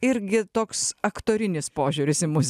irgi toks aktorinis požiūris į muzi